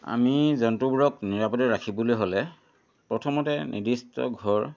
আমি জন্তুবোৰক নিৰাপদে ৰাখিবলৈ হ'লে প্ৰথমতে নিৰ্দিষ্ট ঘৰ